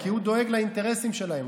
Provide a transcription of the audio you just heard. כי הוא דואג לאינטרסים שלהם.